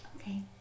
Okay